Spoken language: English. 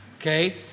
Okay